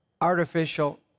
artificial